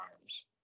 arms